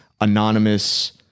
anonymous